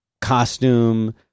costume